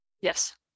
Yes